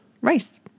rice